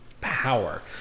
power